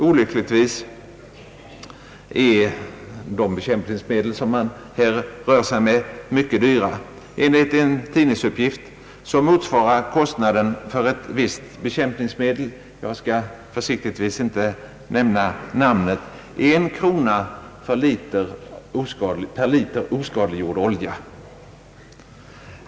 Olyckligtvis är de bekämpningsmedel som det här rör sig om mycket dyra. Enligt en tidningsuppgift motsvarar kostnaden för ett visst bekämpningsmedel — jag skall försiktigtvis inte nämna namnet — en krona per liter oskadliggjord olja.